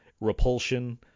Repulsion